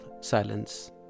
silence